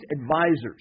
advisors